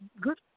good